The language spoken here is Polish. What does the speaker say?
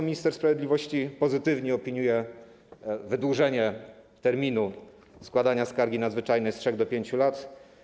Minister sprawiedliwości pozytywnie opiniuje wydłużenie terminu składania skargi nadzwyczajnej z 3 do 5 lat.